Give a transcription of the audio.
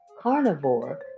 Carnivore